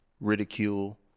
ridicule